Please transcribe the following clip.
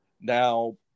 now